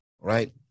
right